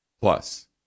Plus